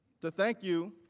to thank you